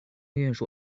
运输